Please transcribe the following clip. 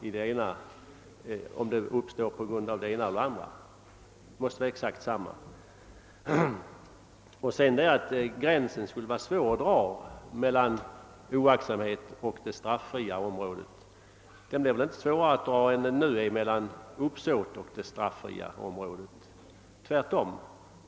Med anledning av påståendet att det skulle vara svårt att dra gränsen mellan djurplågerifall vållade av oaktsamhet och det straffria området vill jag säga, att detta inte är svårare än att nu dra gränsen mellan fall orsakade av uppsåt och det straffria området — tvärtom.